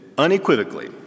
Unequivocally